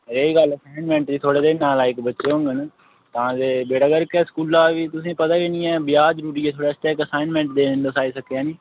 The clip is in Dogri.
रेही गल्ल आसाइनमेंट दी थुआढ़े जेहे नलायक बच्चे बी होङन तां ते बेड़ा गर्क ऐ स्कूलै दा बी तुसेंगी पता गै नेईं ऐ ब्याह जरूरी ऐ थुहाढ़े आस्तै तुस आसइनमेंट देन नेईं आई सके हैनी